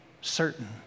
certain